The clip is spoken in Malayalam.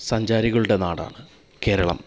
സഞ്ചാരികളുടെ നാടാണ് കേരളം